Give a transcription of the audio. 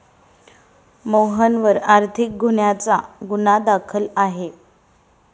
मोहनवर आर्थिक गुन्ह्याचा गुन्हा दाखल आहे